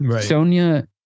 Sonia